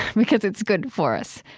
because it's good for us.